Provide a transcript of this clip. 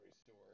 store